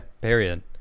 Period